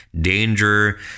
danger